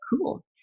Cool